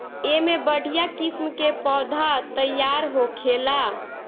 एमे बढ़िया किस्म के पौधा तईयार होखेला